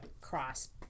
cross